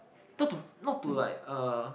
not to not to like uh